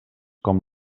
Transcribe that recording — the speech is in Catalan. com